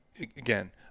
again